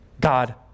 God